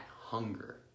hunger